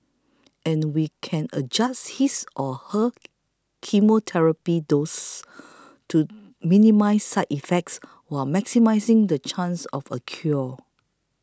and we can adjust his or her chemotherapy doses to minimise side effects while maximising the chance of a cure